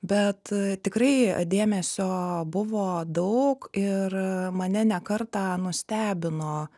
bet tikrai dėmesio buvo daug ir mane ne kartą nustebino